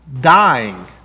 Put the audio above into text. dying